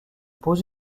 pose